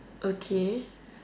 okay